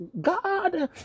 God